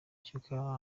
cy’uko